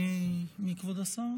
מי כבוד השר?